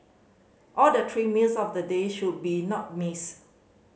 all the three meals of the day should be not missed